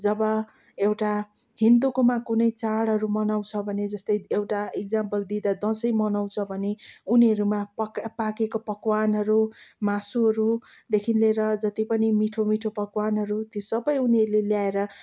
जब एउटा हिन्दूकोमा कुनै चाडहरू मनाउँछ भने जस्तै एउटा इक्जाम्पल दिँदा दसैँ मनाउँछ भने उनीहरूमा पक् पाकेको पकवानहरू मासुहरूदेखि लिएर जति पनि मिठो मिठो पकवानहरू त्यो सबै उनीहरूले ल्याएर